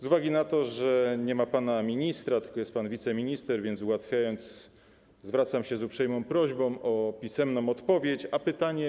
Z uwagi na to, że nie ma pana ministra, tylko jest pan wiceminister, ułatwiając, zwracam się z uprzejmą prośbą o pisemną odpowiedź na pytanie.